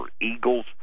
Eagles